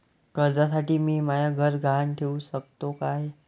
कर्जसाठी मी म्हाय घर गहान ठेवू सकतो का